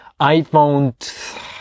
iPhone